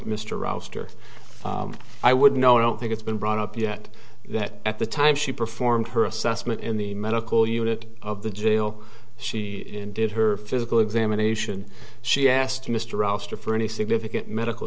mr rochester i would no i don't think it's been brought up yet that at the time she performed her assessment in the medical unit of the jail she did her physical examination she asked mr roster for any significant medical